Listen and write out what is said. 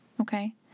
okay